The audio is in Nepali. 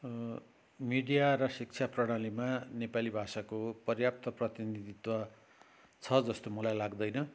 मिडिया र शिक्षा प्रणालीमा नेपाली भाषाको पर्याप्त प्रतिनिधित्व छ जस्तो मलाई लाग्दैन